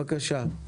בבקשה.